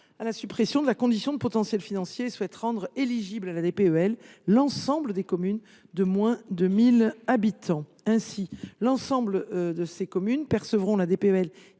à la suppression de la condition de potentiel financier et souhaite rendre éligible à la DPEL l’ensemble des communes de moins de 1 000 habitants. Ainsi celles ci percevront elles